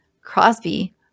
crosby